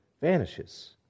vanishes